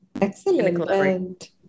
excellent